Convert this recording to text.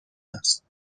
است